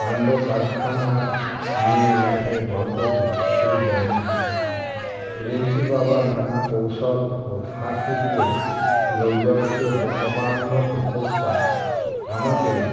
কাণ্ড কারখানা নিয়ে লেখা এই গল্পটি খুবই জনপ্রিয় বিরিঞ্চি বাবা নানা কৌশল ও ফাঁকি দিয়ে লোকজনকে বোকা বানানোর প্রচেষ্টা আমাকে